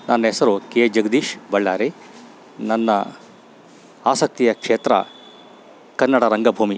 ನನ್ನಹೆಸ್ರು K Jagadish Ballari ನನ್ನ ಆಸಕ್ತಿಯ ಕ್ಷೇತ್ರ ಕನ್ನಡ ರಂಗಭೂಮಿ